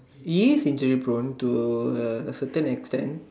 it is prone to a certain extend